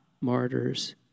martyrs